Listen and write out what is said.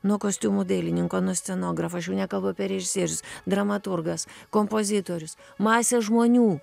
nuo kostiumų dailininko nuo scenografo aš jau nekalbu apie režisierius dramaturgas kompozitorius masė žmonių